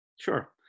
Sure